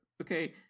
Okay